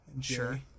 Sure